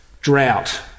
drought